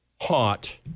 hot